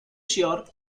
sure